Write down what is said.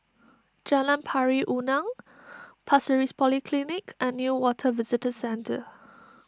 Jalan Pari Unak Pasir Ris Polyclinic and Newater Visitor Centre